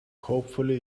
hopefully